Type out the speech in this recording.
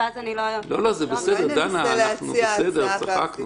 אתה לא הולך בהסכמה.